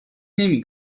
نمی